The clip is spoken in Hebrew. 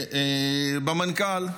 במנכ"ל,